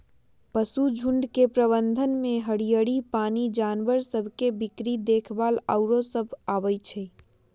पशुझुण्ड के प्रबंधन में हरियरी, पानी, जानवर सभ के बीक्री देखभाल आउरो सभ अबइ छै